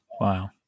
wow